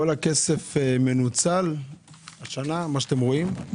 כל הכסף מנוצל השנה, מה שאתם רואים?